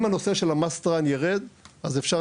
מה-01.01.2020,